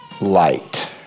light